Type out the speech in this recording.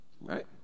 Right